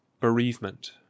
Bereavement